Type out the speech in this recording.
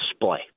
display